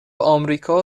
آمریکا